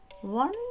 one